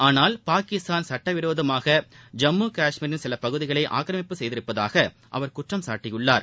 ஆனால் பாகிஸ்தான் சுட்டவிரோதமாக ஜம்மு காஷ்மீரின் சில பகுதிகளை ஆக்கிரமிப்பு சுய்துள்ளதாக அவர் குற்றம் சாட்டினார்